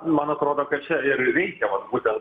man atrodo kad čia ir reikia vat būtent